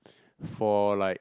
for like